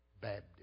Baptist